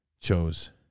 chose